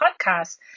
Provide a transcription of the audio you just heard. podcast